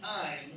time